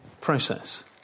process